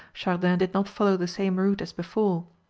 chardin did not follow the same route as before.